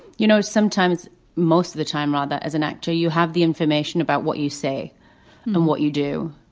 you know, sometimes most of the time, rather, as an actor, you have the information about what you say and then what you do,